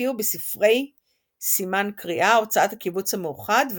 הופיעו בספרי סימן קריאה / הוצאת הקיבוץ המאוחד,